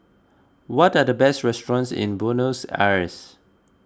what are the best restaurants in Buenos Aires